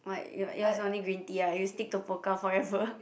what your yours only green tea ah you stick to Pokka forever